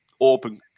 open